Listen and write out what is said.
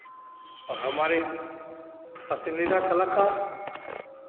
और हमारे पसंदीदा कलाकार